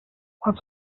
what